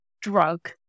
drug